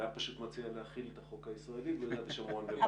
היה פשוט מציע להחיל את החוק הישראלי ביהודה ושומרון ובא לציון גואל.